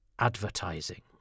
Advertising